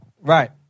Right